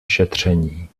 šetření